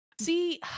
See